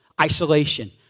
isolation